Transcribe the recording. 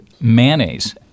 mayonnaise